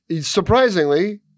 Surprisingly